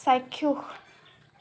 চাক্ষুষ